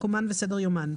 מקומן וסדר יומן.